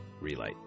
Relight